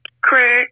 Craig